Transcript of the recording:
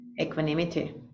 equanimity